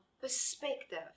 perspective